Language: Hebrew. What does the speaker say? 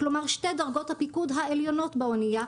כלומר שתי דרגות הפיקוד העליונות באונייה,